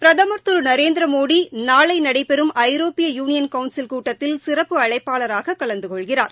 பிரதமர் திரு நரேந்திரமோடி நாளை நடைபெறும் ஐரோப்பிய யூனியன் கவுன்சில் கூட்டத்தில் சிறப்பு அழைப்பாளராக கலந்துகொள்கிறார்